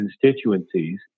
constituencies